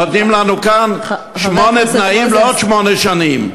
נותנים לנו כאן שמונה תנאים לעוד שמונה שנים.